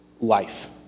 life